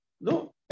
No